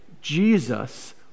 Jesus